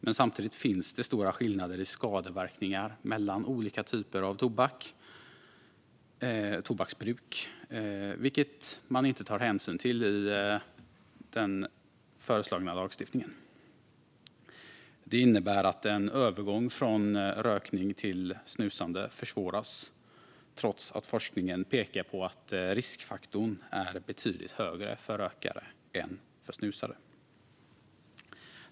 Men samtidigt finns det stora skillnader i skadeverkningar mellan olika typer av tobaksbruk, vilket man inte tar hänsyn till i den föreslagna lagstiftningen. Det innebär att en övergång från rökning till snusande försvåras, trots att forskningen pekar på att riskfaktorn är betydligt högre för rökare än för snusare.